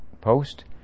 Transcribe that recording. post